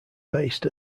based